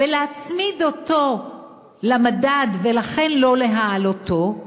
ולהצמיד אותו למדד, ולכן לא להעלותו,